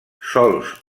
sols